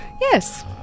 yes